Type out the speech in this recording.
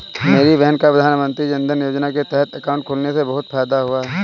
मेरी बहन का प्रधानमंत्री जनधन योजना के तहत अकाउंट खुलने से बहुत फायदा हुआ है